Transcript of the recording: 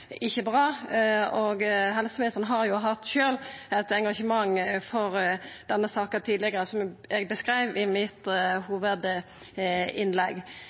ikkje er bra. Helseministeren har sjølv hatt eit engasjement for denne saka tidlegare, som eg beskreiv i mitt